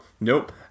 nope